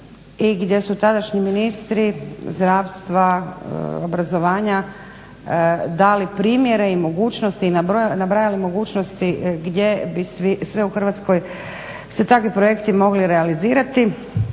I gdje su tadašnji ministri zdravstva, obrazovanja dali primjere i mogućnosti, i nabrajali mogućnosti gdje bi sve u Hrvatskoj se takvi projekti mogli realizirati.